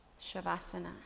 Shavasana